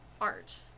art